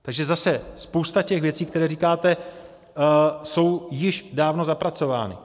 Takže zase, spousta těch věcí, které říkáte, jsou již dávno zapracovány.